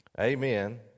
Amen